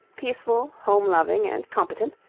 peaceful, home-loving, and competent,